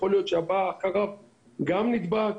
יכול להיות שהבא אחריו גם נדבק.